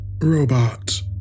robot